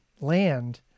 land